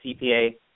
CPA